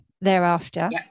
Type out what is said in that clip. thereafter